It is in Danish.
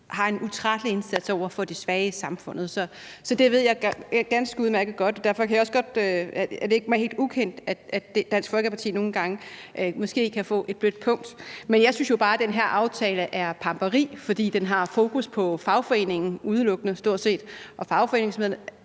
har en utrættelig indsats over for de svage i samfundet. Så det ved jeg ganske udmærket godt, og derfor er det mig heller ikke helt ukendt, at Dansk Folkeparti måske nogle gange kan få et blødt punkt. Men jeg synes jo bare, at den her aftale er pamperi, fordi den stort set udelukkende har fokus på fagforeningen